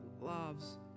loves